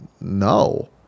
no